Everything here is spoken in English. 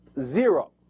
Zero